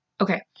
okay